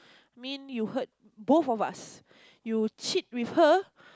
mean you hurt both of us you cheat with her